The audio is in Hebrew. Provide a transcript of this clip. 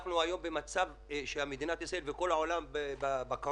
אנחנו היום במצב שמדינת ישראל וכל העולם בקורונה.